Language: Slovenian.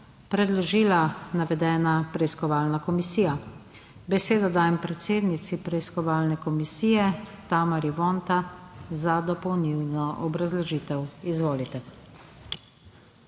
predložila navedena preiskovalna komisija. Besedo dajem predsednici preiskovalne komisije Tamari Vonta za dopolnilno obrazložitev. Izvolite.